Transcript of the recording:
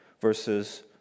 versus